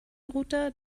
router